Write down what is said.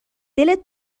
دلت